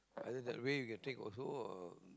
either that way you can take also or